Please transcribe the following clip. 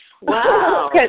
wow